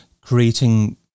creating